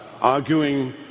arguing